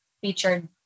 featured